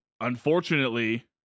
unfortunately